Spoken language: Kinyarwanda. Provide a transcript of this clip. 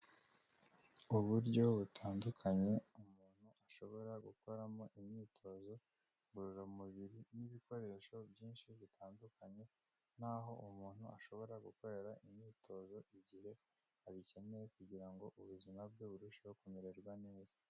Uburyo butandukanye umuntu ashobora gukoramo imyitozo ngororamubiri n'ibikoresho byinshi bitandukanye n'aho umuntu ashobora gukorera imyitozo igihe abikeneye, kugira ngo ubuzima bwe burusheho kumererwa neza.